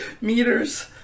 meters